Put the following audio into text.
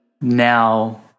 now